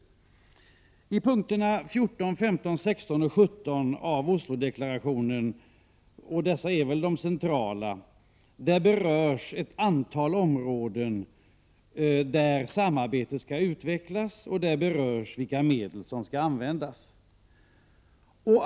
I punkterna 14, 15, 16 och 17 i Oslodeklarationen, som väl är de centrala, berörs ett antal områden där samarbetet skall utvecklas. Där berörs också vilka medel som skall användas.